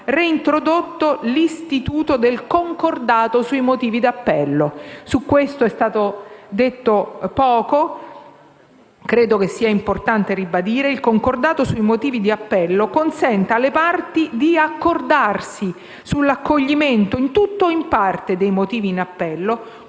reintrodotto l'istituto del concordato sui motivi di appello. Su questo è stato detto poco. Credo invece che sia importante ribadire che il concordato sui motivi di appello consente alle parti di accordarsi sull'accoglimento, in tutto o in parte, dei motivi di appello,